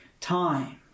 time